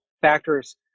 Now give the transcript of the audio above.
factors